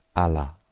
allah,